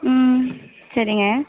ம் சரிங்க